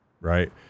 right